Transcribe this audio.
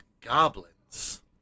goblins